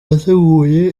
nateguye